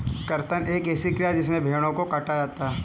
कर्तन एक ऐसी क्रिया है जिसमें भेड़ों को काटा जाता है